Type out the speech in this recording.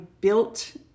built